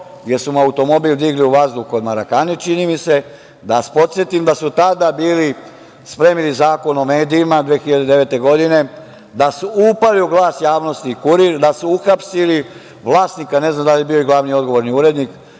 jer su mu automobil digli u vazduh kod Marakane, čini mi se. Da vas podsetim da su tada bili spremili Zakon o medijima, 2009. godine, da su upali u „Glas javnosti“ i „Kurir“, da su uhapsili vlasnika, ne znam da li je bio glavni i odgovorni urednik,